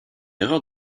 erreur